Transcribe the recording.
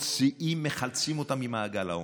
מוציאים, מחלצים אותם ממעגל העוני.